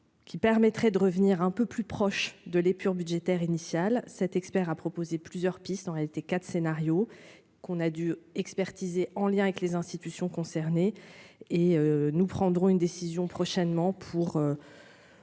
qui permettraient de revenir un peu plus proche de l'épure budgétaire initial, cet expert a proposé plusieurs pistes en réalité 4 scénarios qu'on a dû expertiser en lien avec les institutions concernées et nous prendrons une décision prochainement pour